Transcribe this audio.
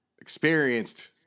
experienced